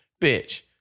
bitch